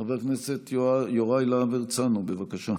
חבר הכנסת יוראי להב הרצנו, בבקשה.